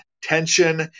tension